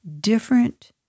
different